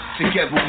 Together